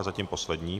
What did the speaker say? Zatím poslední.